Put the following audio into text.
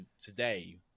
today